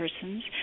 persons